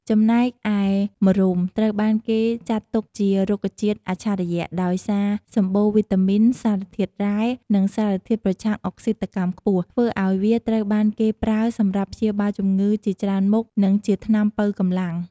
ចំណែកឯម្រុំត្រូវបានគេចាត់ទុកជា រុក្ខជាតិអច្ឆរិយៈ ដោយសារសម្បូរវីតាមីន សារធាតុរ៉ែ និងសារធាតុប្រឆាំងអុកស៊ីតកម្មខ្ពស់ ធ្វើឲ្យវាត្រូវបានគេប្រើសម្រាប់ព្យាបាលជំងឺជាច្រើនមុខ និងជាថ្នាំប៉ូវកម្លាំង។